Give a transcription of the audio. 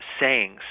sayings